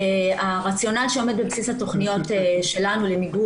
הרציונל שעומד בבסיס התכניות שלנו למיגור